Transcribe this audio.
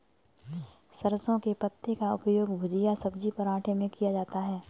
सरसों के पत्ते का उपयोग भुजिया सब्जी पराठे में किया जाता है